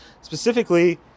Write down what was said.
specifically